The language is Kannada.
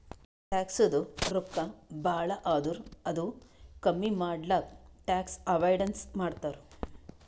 ಟ್ಯಾಕ್ಸದು ರೊಕ್ಕಾ ಭಾಳ ಆದುರ್ ಅದು ಕಮ್ಮಿ ಮಾಡ್ಲಕ್ ಟ್ಯಾಕ್ಸ್ ಅವೈಡನ್ಸ್ ಮಾಡ್ತಾರ್